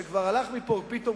שכבר הלך מפה פתאום,